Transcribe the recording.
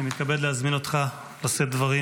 אני מתכבד להזמין אותך לשאת דברים.